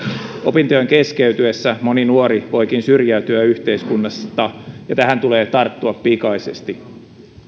opintojen keskeytyessä moni nuori voikin syrjäytyä yhteiskunnasta ja tähän tulee tarttua pikaisesti